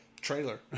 trailer